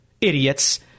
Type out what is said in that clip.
Idiots